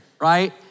right